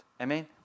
Amen